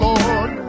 Lord